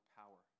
power